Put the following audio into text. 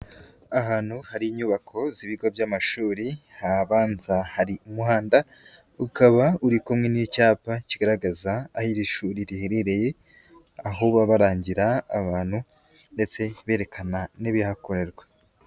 Ahantu hari inyubako z'ibigo by'amashuri ahabanza hari umuhanda, ukaba uri kumwe n'icyapa kigaragaza aho iri shuri riherereye, aho baba barangira abantu ndetse berekana n'ibihakorerwa.